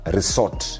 Resort